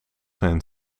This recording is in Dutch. zijn